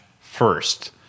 first